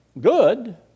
good